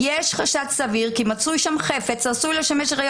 "יש חשד סביר כי מצוי שם חפץ העשוי לשמש ראיה